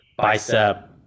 Bicep